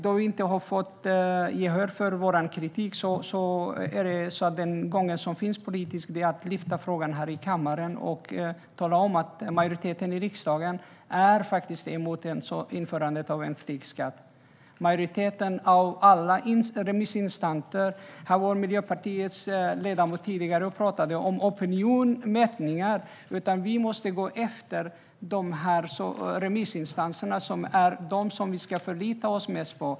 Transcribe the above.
Då vi inte har fått gehör för vår kritik är gången som finns politiskt att ta upp frågan här i kammaren och tala om att majoriteten i riksdagen är emot införandet av en flygskatt. Majoriteten av alla remissinstanser är också emot. Miljöpartiets ledamot talade tidigare om opinionsmätningar, men vi måste gå efter remissinstanserna. Det är dem vi ska förlita oss mest på.